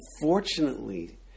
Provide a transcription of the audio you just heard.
unfortunately